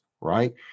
right